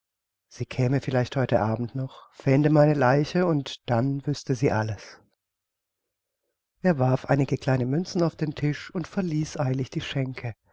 sie käme vielleicht heute abend noch fände meine leiche und dann wüßte sie alles er warf einige kleine münzen auf den tisch und verließ eilig die schänke